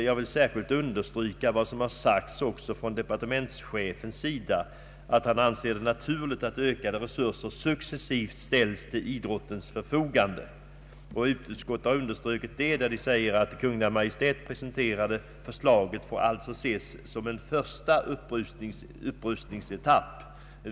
Jag vill särskilt understryka vad departementschefen har framhållit, att han anser det naturligt att ökade resurser successivt ställs till idrottens förfogande. Utskottet har understrukit det då man uttalar att det av Kungl. Maj:t presenterade förslaget får ses som en första upprusiningsetapp.